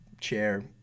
chair